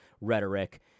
rhetoric